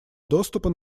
доступа